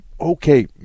Okay